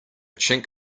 chink